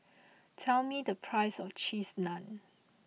tell me the price of Cheese Naan